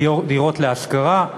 דירות להשכרה,